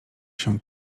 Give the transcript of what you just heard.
się